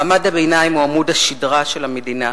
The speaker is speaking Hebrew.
מעמד הביניים הוא עמוד השדרה של המדינה,